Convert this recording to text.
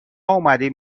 اومدیم